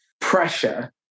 pressure